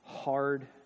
hard